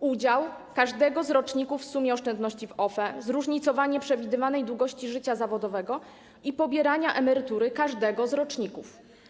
udział każdego z roczników w sumie oszczędności w OFE i zróżnicowanie przewidywanej długości życia zawodowego i pobierania emerytury w przypadku każdego z roczników.